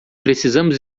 precisamos